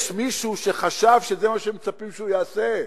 יש מישהו שחשב שזה מה שמצפים שהוא יעשה,